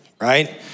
right